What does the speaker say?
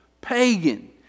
pagan